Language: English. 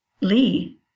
Lee